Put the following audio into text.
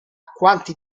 quanti